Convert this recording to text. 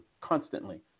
constantly